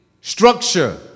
Structure